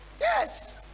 Yes